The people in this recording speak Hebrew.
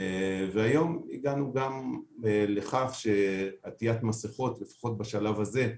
היום הגענו גם לכך שעטיית מסכות, לפחות בשלב הזה,